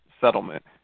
settlement